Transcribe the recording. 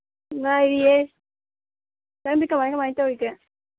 ꯂꯩꯌꯦ ꯅꯪꯗꯤ ꯀꯃꯥꯏ ꯀꯃꯥꯏꯅ ꯇꯧꯔꯤꯒꯦ